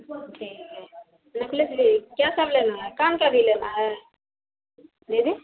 ठीक है नेकलेस भी क्या सब लेना है कान का भी लेना है दीदी